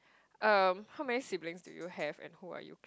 uh how many siblings do you have and who are you